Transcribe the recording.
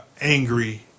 angry